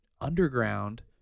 underground